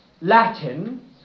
Latin